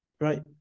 right